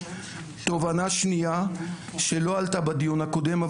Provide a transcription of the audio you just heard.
תובנה שנייה שלא עלתה בדיון הקודם,